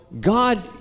God